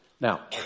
Now